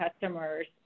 customers